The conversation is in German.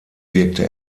wirkte